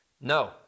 No